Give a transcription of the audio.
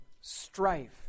strife